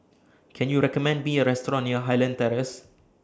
Can YOU recommend Me A Restaurant near Highland Terrace